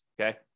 Okay